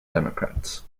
democrats